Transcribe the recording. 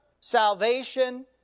salvation